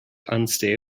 unstable